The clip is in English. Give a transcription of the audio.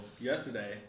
yesterday